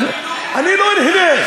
אני לא נהנה.